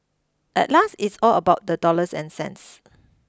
at last it's all about the dollars and cents